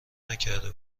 نکرده